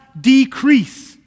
decrease